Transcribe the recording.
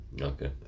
Okay